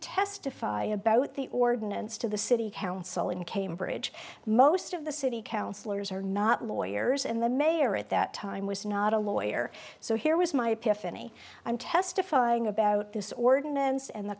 testify about the ordinance to the city council in cambridge most of the city councillors are not lawyers and the mayor at that time was not a lawyer so here was my pitch any i'm testifying about this ordinance and the